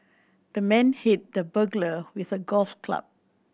the man hit the burglar with a golf club